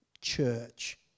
church